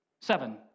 Seven